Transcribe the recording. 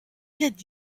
had